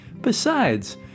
Besides